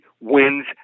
wins